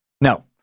No